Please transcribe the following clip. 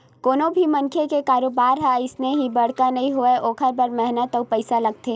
कोनो भी मनखे के कारोबार ह अइसने ही बड़का नइ होवय ओखर बर मेहनत अउ पइसा लागथे